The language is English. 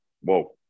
whoa